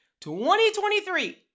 2023